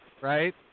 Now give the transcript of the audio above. Right